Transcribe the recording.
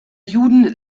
juden